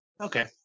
Okay